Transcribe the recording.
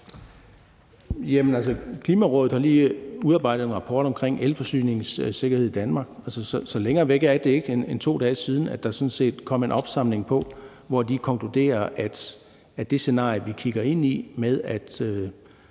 Klimarådet har lige udarbejdet en rapport omkring elforsyningssikkerhed i Danmark. Så længere væk end 2 dage siden er det sådan set ikke, at der kom en opsamling på det, hvor de konkluderer, at det scenarie, vi kigger ind i, er, at